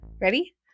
Ready